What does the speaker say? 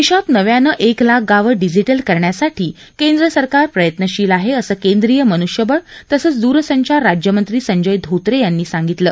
देशात नव्यानं एक लाख गावं डिजि करण्यासाठी केंद्र सरकार प्रयत्नशील आहे असं केंद्रीय मनुष्यबळ तसंच दूरसंचार राज्यमंत्री संजय धोत्रे यांनी सांगितलं